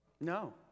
No